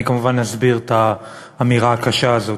אני כמובן אסביר את האמירה הקשה הזאת.